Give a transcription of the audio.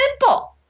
simple